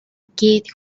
kid